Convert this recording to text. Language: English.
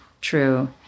True